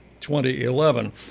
2011